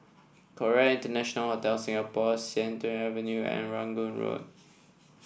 Conrad International Hotel Singapore Sian Tuan Avenue and Rangoon Road